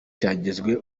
cyagizwe